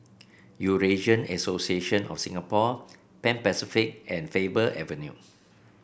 Eurasian Association of Singapore Pan Pacific and Faber Avenue